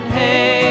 hey